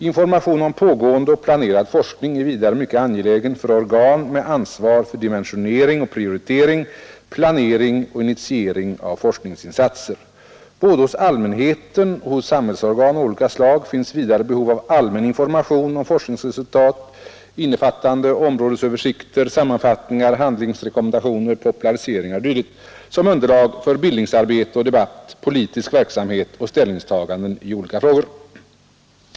Information om pågående och planerad forskning är vidare mycket angelägen för organ med ansvar för dimensionering och prioritering, planering och initiering av forskningsinsatser. Både hos allmänheten och hos samhällsorgan av olika slag finns vidare behov av allmän information om forskningsresultat — innefattande områdesöversikter, sammanfattningar, handlingsrekom mendationer, populariseringar o. d. — som underlag för bildningsarbete och debatt, politisk verksamhet och ställningstaganden i olika frågor.